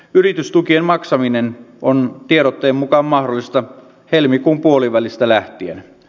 yritystukien maksaminen on tiedotteen mukaan mahdollista helmikuun puolivälistä lähtien e